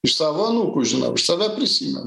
iš savo anūkų žinau aš save prisimen